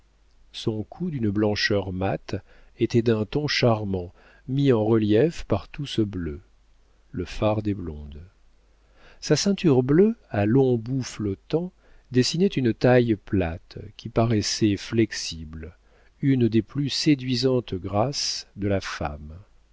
son cou d'une blancheur mate était d'un ton charmant mis en relief par tout ce bleu le fard des blondes sa ceinture bleue à longs bouts flottants dessinait une taille plate qui paraissait flexible une des plus séduisantes grâces de la femme